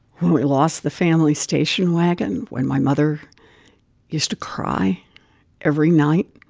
when we lost the family station wagon, when my mother used to cry every night,